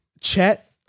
Chet